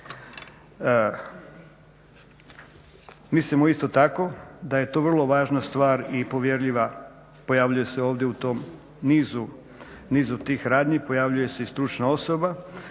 Mislimo isto tako da je to vrlo važna stvar i povjerljiva, pojavljuje se ovdje u tom nizu tih radnji, pojavljuje se i stručna osoba